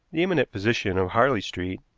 the eminent physician of harley street,